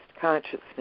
consciousness